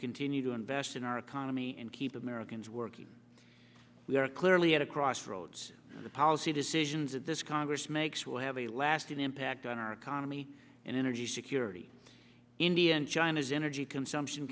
continue to invest in our economy and keep americans working we are clearly at a crossroads in the policy decisions that this congress makes will have a lasting impact on our economy and energy security india and china's energy consumption